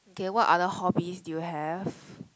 okay what other hobbies do you have